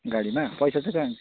गाडीमा पैसा चाहिँ कहाँ